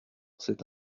c’est